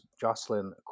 Jocelyn